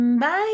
Bye